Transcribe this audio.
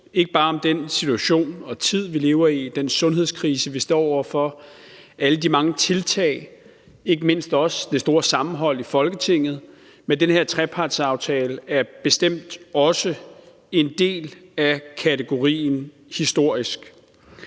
ikke bare om den situation og tid, vi lever i, om den sundhedskrise, vi står over for, om alle de mange tiltag, ikke mindst også i forhold til det store sammenhold i Folketinget, men også om den her trepartsaftale, som bestemt er en del af kategorien historisk.